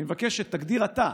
אני מבקש שתגדיר אתה,